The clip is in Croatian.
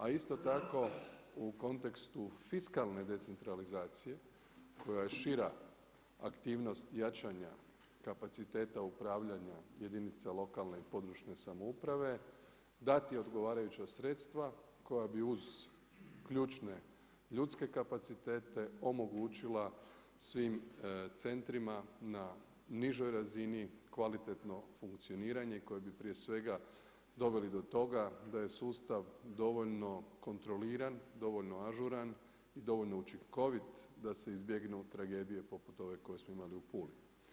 A isto tako u kontekstu fiskalne decentralizacije koja je šira aktivnost jačanja kapaciteta upravljanja jedinice lokalne i područne samouprave dati odgovarajuća sredstva koja bi uz ključne ljudske kapacitete omogućila svim centrima na nižoj razini kvalitetno funkcioniranje koje bi prije svega doveli do toga da je sustav dovoljno kontroliran, dovoljno ažuran i dovoljno učinkovit da se izbjegnu tragedije poput ove koju smo imali u Puli.